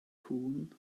cŵn